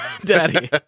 daddy